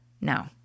No